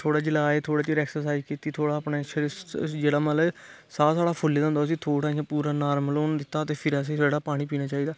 थोह्ड़ा जेल्लै आए थोह्ड़ा चिर अक्सर्साइज कीती थोह्ड़ा अपना जेह्ड़ा मतलब साह् साढ़ा जेह्ड़ा फुल्ले दा होंदा उस्सी थोह्ड़ा इ'यां पूरा नार्मल होन दित्ता ते फिर असें गी जेह्ड़ा पानी पीना चाहिदा